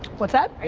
what's that?